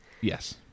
Yes